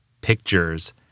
pictures